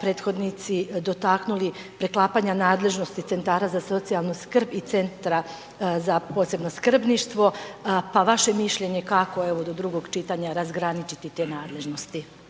prethodnici dotaknuli preklapanja nadležnosti centara za socijalnu skrb i Centra za posebno skrbništvo. Pa vaše mišljenje kako evo do drugog čitanja razgraničiti te nadležnosti?